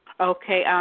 Okay